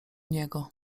niego